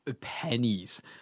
pennies